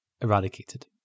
eradicated